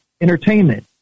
entertainment